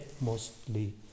mostly